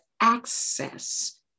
access